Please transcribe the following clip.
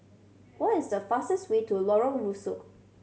what is the fastest way to Lorong Rusuk